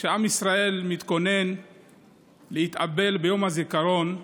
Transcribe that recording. כשעם ישראל התכונן להתאבל ביום הזיכרון,